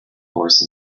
horse